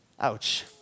Ouch